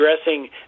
addressing